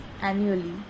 annually